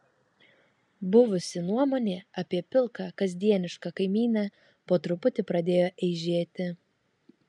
buvusi nuomonė apie pilką kasdienišką kaimynę po truputį pradėjo eižėti